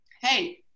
hey